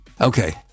Okay